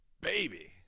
baby